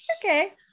Okay